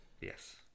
Yes